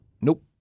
nope